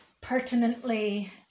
pertinently